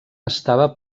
estava